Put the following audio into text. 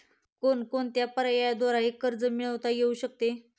कोणकोणत्या पर्यायांद्वारे कर्ज मिळविता येऊ शकते?